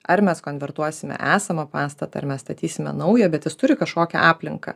ar mes konvertuosime esamą pastatą ar mes statysime naują bet jis turi kažkokią aplinką